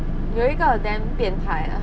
有一个 damn 变态啊